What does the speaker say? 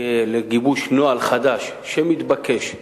לגיבוש נוהל חדש שמתבקש,